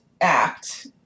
Act